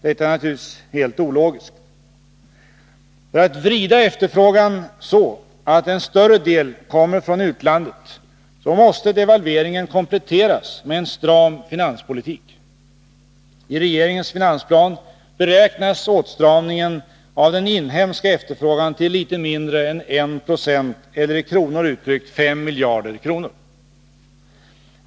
Detta är naturligtvis helt ologiskt. För att ”vrida” efterfrågan så att en större del kommer från utlandet måste devalveringen kompletteras med en stram finanspolitik. I regeringens finansplan beräknas åtstramningen av den inhemska efterfrågan till litet mindre än 1 96 eller i kronor uttryckt 5 miljarder.